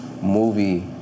movie